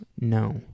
No